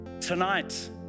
Tonight